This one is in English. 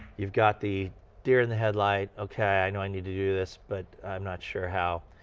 you've got the deer in the headlight, okay, i know i need to do this, but i'm not sure how,